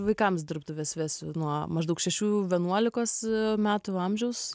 vaikams dirbtuves vesiu nuo maždaug šešių vienuolikos metų amžiaus